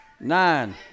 Nine